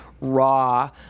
raw